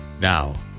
Now